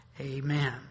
amen